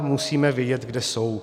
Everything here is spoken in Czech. Musíme ale vědět, kde jsou.